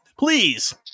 please